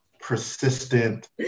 persistent